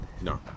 No